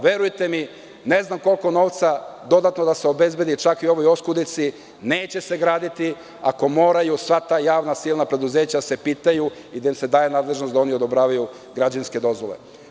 Verujte mi, ne znam koliko novca dodatno da se obezbedi, čak i u ovoj oskudici, neće se graditi ako moraju sva ta javna preduzeća da se pitaju i da im se daje nadležnost da oni odobravaju građevinske dozvole.